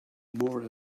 more